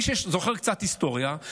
מי שזוכר קצת היסטוריה,